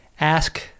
ask